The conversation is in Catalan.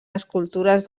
escultures